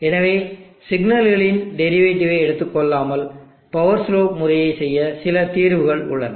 எனவே சிக்னல்களின் டெரிவேடிவை எடுத்துக் கொள்ளாமல் பவர் ஸ்லோப் முறையைச் செய்ய சில தீர்வுகள் உள்ளன